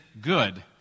good